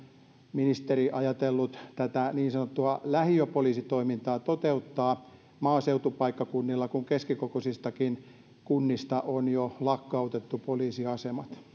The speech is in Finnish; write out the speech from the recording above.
ministeri ajatellut tätä niin sanottua lähiöpoliisitoimintaa toteuttaa maaseutupaikkakunnilla kun keskikokoisistakin kunnista on jo lakkautettu poliisiasemat